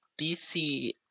DC